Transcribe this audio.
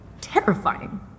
terrifying